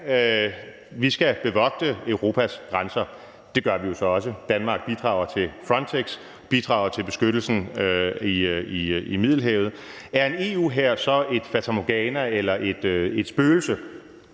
vi skal bevogte Europas grænser. Det gør vi så også. Danmark bidrager til Frontex, bidrager til beskyttelsen i Middelhavet. Er en EU-hær så et fatamorgana eller et spøgelse?